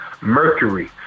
Mercury